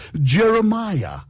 Jeremiah